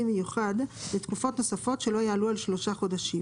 מיוחד לתקופות נוספות שלא יעלו על שלושה חודשים,